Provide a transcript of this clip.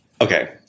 okay